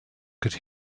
could